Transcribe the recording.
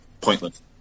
Pointless